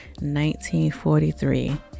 1943